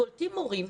קולטים מורים,